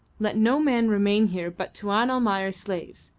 let no man remain here but tuan almayer's slaves.